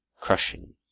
crushing